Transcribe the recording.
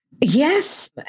Yes